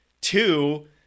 Two